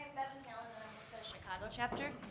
you know chicago chapter.